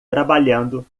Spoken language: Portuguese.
trabalhando